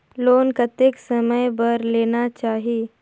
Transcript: Loan कतेक समय बर लेना चाही?